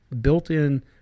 built-in